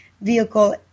vehicle